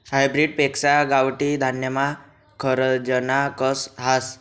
hybrid पेक्शा गावठी धान्यमा खरजना कस हास